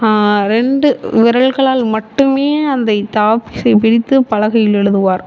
ரெண்டு விரல்களால் மட்டுமே அந்த சாப்பிஸை பிடித்து பலகையில் எழுதுவார்